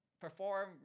perform